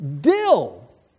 dill